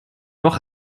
doch